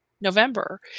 november